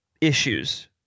Issues